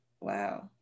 wow